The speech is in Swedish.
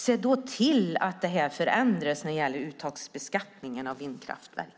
Se då till att uttagsbeskattningen av vindkraft förändras!